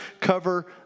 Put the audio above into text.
cover